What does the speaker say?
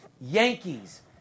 Yankees